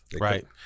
Right